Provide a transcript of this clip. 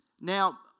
now